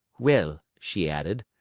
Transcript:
well, she added,